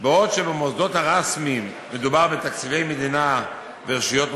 בעוד שבמוסדות הרשמיים מדובר בתקציבי מדינה ורשויות מקומיות,